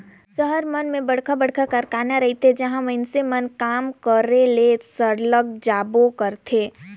सहर मन में बड़खा बड़खा कारखाना रहथे जिहां मइनसे मन काम करे ले सरलग जाबे करथे